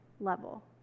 level